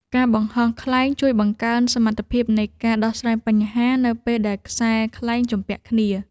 ការបង្ហោះខ្លែងជួយបង្កើនសមត្ថភាពនៃការដោះស្រាយបញ្ហានៅពេលដែលខ្សែខ្លែងជំពាក់គ្នា។